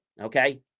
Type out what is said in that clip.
okay